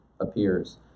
appears